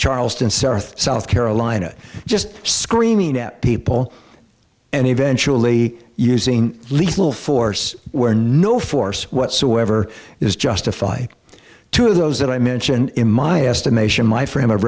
charleston south south carolina just screaming at people and eventually using lethal force where no force whatsoever is justified to those that i mentioned in my estimation my frame of